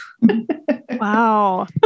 Wow